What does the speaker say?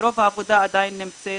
ורוב העבודה עדיין נמצאת